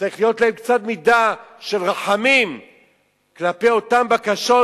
צריכה להיות להם קצת מידה של רחמים כלפי אותן בקשות,